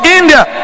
india